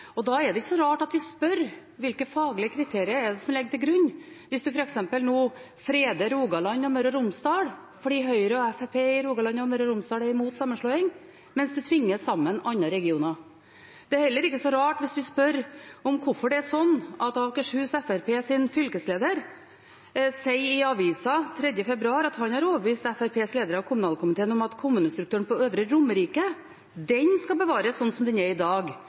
Da er det ikke så rart at vi spør: Hvilke faglige kriterier er det som ligger til grunn hvis en f.eks. nå freder Rogaland og Møre og Romsdal fordi Høyre og Fremskrittspartiet i Rogaland og Møre og Romsdal er imot sammenslåing, mens en tvinger andre regioner sammen? Det er heller ikke så rart hvis vi spør om hvorfor fylkeslederen i Akershus Fremskrittsparti sier i avisa 3. februar at hun har overbevist lederen i kommunalkomiteen, fra Fremskrittspartiet, om at kommunestrukturen på Øvre Romerike skal bevares slik som den er i dag,